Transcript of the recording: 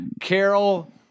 Carol